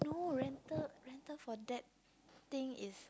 no rental rental for that thing is